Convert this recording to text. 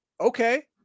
Okay